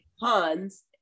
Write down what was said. Hans